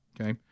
Okay